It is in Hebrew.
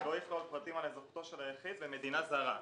שצריך עוד פרטים על אזרחותו של היחיד במדינה זרה.